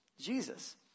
Jesus